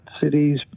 cities